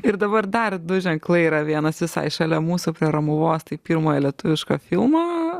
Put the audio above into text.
ir dabar dar du ženklai yra vienas visai šalia mūsų prie romuvos tai pirmojo lietuviško filmo